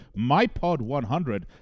MYPOD100